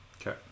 Okay